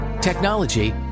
technology